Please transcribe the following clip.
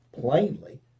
plainly